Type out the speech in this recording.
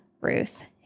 Ruth